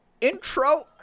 intro